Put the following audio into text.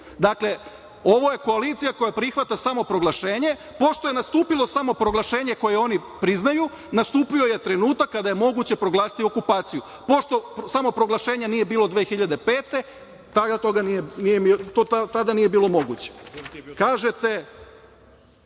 ovo je koalicija koja prihvata samo proglašenje, pošto je nastupilo samoproglašenje koje oni priznaju, nastupio je trenutak kada je moguće proglasiti okupaciju. Pošto samoproglašenja nije bilo 2005. godine, tada to nije bilo moguće. Kažete